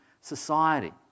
society